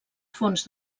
fons